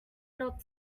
not